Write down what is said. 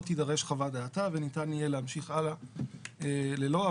תידרש חוות דעתה וניתן יהיה להמשיך הלאה ללא.